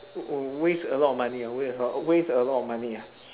waste a lot of money ah waste a lot waste a lot of money ah